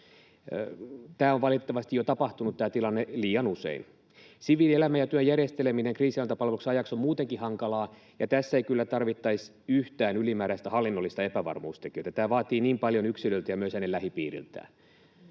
Tämä tilanne on valitettavasti jo tapahtunut liian usein. Siviilielämän ja työn järjesteleminen kriisinhallintapalveluksen ajaksi on muutenkin hankalaa, ja tässä ei kyllä tarvittaisi yhtään ylimääräistä hallinnollista epävarmuustekijää: tämä vaatii niin paljon yksilöltä ja myös hänen lähipiiriltään.